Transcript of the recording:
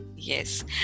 Yes